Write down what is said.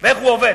ואיך הוא עובד.